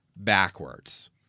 backwards